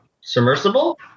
submersible